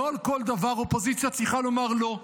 לא על כל דבר אופוזיציה צריכה לומר לא.